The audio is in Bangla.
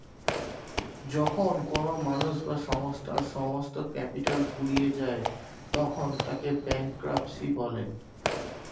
যখন কোনো মানুষ বা সংস্থার সমস্ত ক্যাপিটাল ফুরিয়ে যায় তখন তাকে ব্যাঙ্করাপ্সি বলে